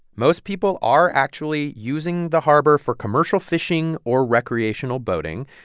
most people are actually using the harbor for commercial fishing or recreational boating.